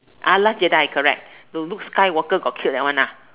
ah last Jedi correct the Luke-Skywalker got killed that one ah